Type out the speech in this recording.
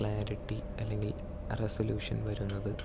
clarity അല്ലെങ്കിൽ resolution വരുന്നത്